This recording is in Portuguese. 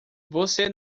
você